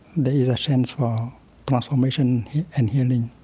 there is a chance for ah transformation and healing